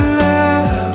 love